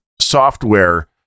software